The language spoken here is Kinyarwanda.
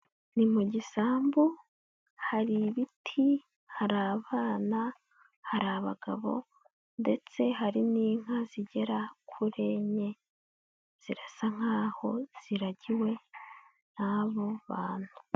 Ni mu gisambu hari ibiti, hari abana, hari abagabo ndetse hari n'inka zigera kuri enye zirasa nk'aho ziragiwe n'abo bantu.